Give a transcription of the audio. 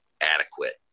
adequate